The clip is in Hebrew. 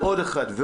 ועוד אחד,